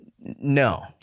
No